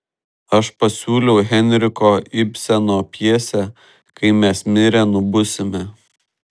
aš pasiūliau henriko ibseno pjesę kai mes mirę nubusime